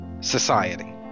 society